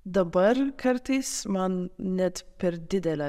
dabar kartais man net per didelė